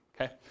okay